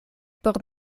por